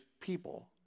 people